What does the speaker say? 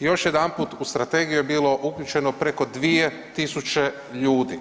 Još jedanput u strategiju je bilo uključeno preko 2.000 ljudi,